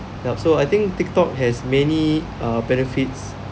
yup so I think tik tok has many uh benefits